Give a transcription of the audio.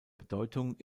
bedeutung